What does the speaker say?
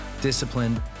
disciplined